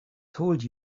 told